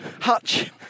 Hutch